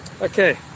Okay